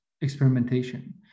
experimentation